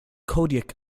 kodiak